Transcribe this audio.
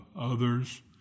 others